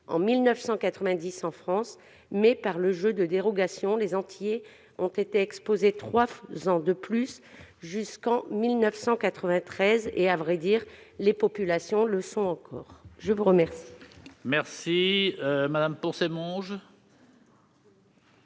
en 1990 en France, mais par le jeu de dérogations, les Antillais y ont été exposés trois ans de plus, jusqu'en 1993- et à vrai dire, les populations le sont encore ! La parole est à Mme Raymonde Poncet Monge,